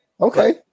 Okay